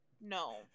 no